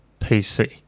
PC